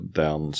den